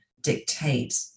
dictate